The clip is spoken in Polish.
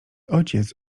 ojciec